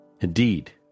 Indeed